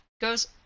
Goes